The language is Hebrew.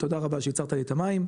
תודה רבה שייצרת לי את המים,